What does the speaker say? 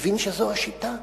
מבין שזאת השיטה,